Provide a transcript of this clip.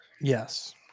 Yes